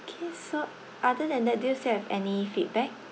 okay so other than that do you still have any feedback